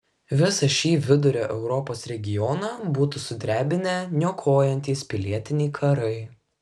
visą šį vidurio europos regioną būtų sudrebinę niokojantys pilietiniai karai